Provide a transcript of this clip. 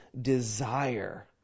Desire